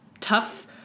tough